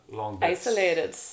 Isolated